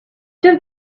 just